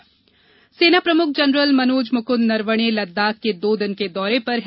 लेह नरवणे सेना प्रमुख जनरल मनोज मुकुंद नरवणे लद्दाख के दो दिन के दौरे पर हैं